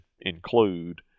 include